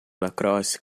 lacrosse